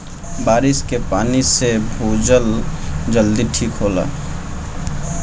बारिस के पानी से भूजल जल्दी ठीक होला